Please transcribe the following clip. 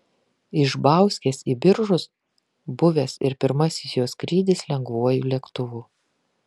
iš bauskės į biržus buvęs ir pirmasis jos skrydis lengvuoju lėktuvu